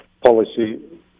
policy